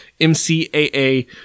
MCAA